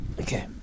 Okay